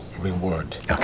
reward